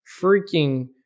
freaking